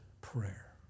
prayer